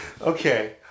Okay